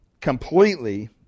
completely